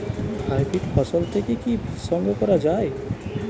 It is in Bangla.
হাইব্রিড ফসল থেকে কি বীজ সংগ্রহ করা য়ায়?